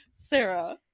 Sarah